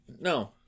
No